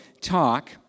talk